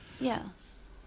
Yes